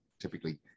typically